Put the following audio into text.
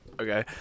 Okay